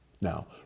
Now